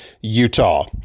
Utah